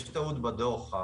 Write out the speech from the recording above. יש טעות בדוח: